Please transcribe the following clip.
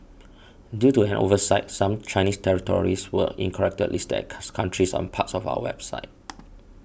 due to an oversight some Chinese territories were incorrectly listed cuts countries on parts of our website